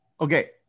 okay